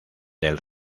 del